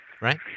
Right